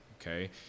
okay